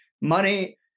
money